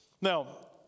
Now